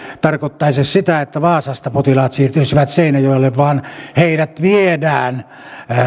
tarkoittaisi sitä että vaasasta potilaat siirtyisivät seinäjoelle vaan heidät viedään